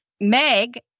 Meg